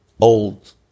old